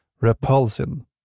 repulsion